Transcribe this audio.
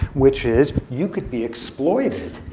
which is, you could be exploited.